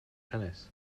tennis